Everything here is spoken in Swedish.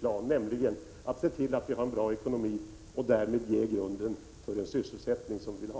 plan, nämligen att se till att vi har en bra ekonomi och därmed ge grunden för den sysselsättning vi vill ha.